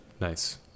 Nice